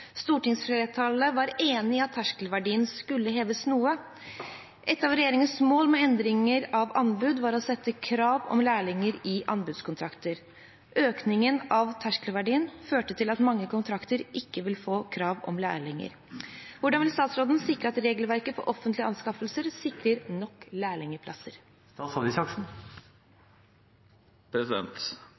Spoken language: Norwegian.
var enig i at terskelverdien skulle heves noe. Et av regjeringens mål med endringene av anbud var å sette krav om lærlinger i anbudskontrakter. Økningen vil føre til at mange kontrakter ikke vil få krav om lærling. Hvordan vil statsråden sikre at regelverket for offentlige anskaffelser sikrer nok